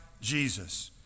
Jesus